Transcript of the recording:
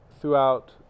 throughout